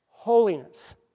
Holiness